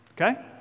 okay